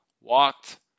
walked